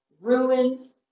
ruins